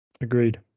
Agreed